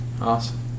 Awesome